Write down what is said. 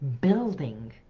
building